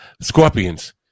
scorpions